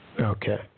Okay